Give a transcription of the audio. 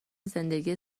زندگی